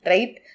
Right